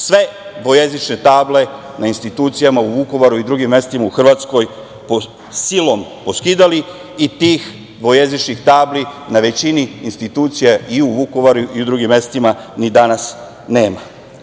sve dvojezične table na institucijama u Vukovaru i drugim mestima u Hrvatskoj silom poskidali i tih dvojezičnih tabli na većini institucija i u Vukovaru i u drugim mestima ni danas nema.I